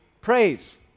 praise